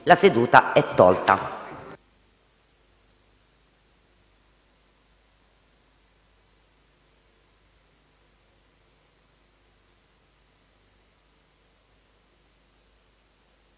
La seduta è tolta